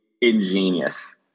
ingenious